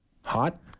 hot